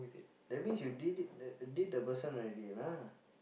that means you did it d~ did the person already lah